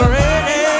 ready